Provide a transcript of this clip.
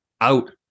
out